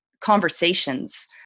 conversations